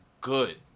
good